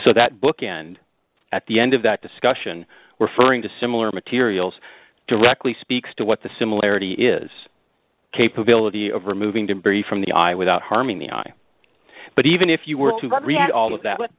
so that bookend at the end of that discussion referring to similar materials directly speaks to what the similarity is capability of removing debris from the eye without harming the eye but even if you were to read all of that